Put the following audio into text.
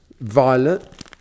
violet